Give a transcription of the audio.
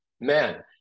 man